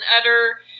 utter